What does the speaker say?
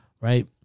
right